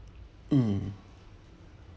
mm